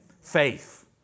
Faith